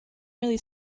really